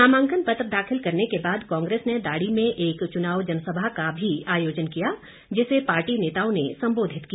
नामांकन पत्र दाखिल करने के बाद कांग्रेस ने दाड़ी में एक चुनाव जनसभा का भी आयोजन किया जिसे पार्टी नेताओं ने संबोधित किया